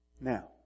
now